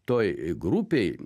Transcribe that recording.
toj grupėj